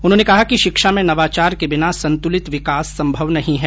उन्होंने कहा कि शिक्षा में नवाचार के बिना संतुलित विकास संभव नहीं है